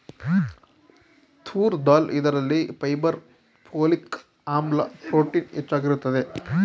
ತೂರ್ ದಾಲ್ ಇದರಲ್ಲಿ fibre, folic ಆಮ್ಲ, ಪ್ರೋಟೀನ್ ಹೆಚ್ಚಾಗಿರುತ್ತದೆ